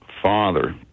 father